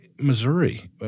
Missouri